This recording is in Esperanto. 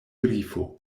grifo